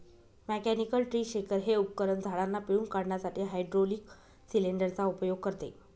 mechanical tree shaker हे उपकरण झाडांना पिळून काढण्यासाठी हायड्रोलिक सिलेंडर चा उपयोग करते